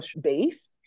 base